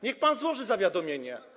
Niech pan złoży zawiadomienie.